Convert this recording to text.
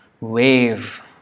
wave